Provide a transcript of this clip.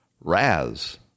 Raz